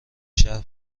شهر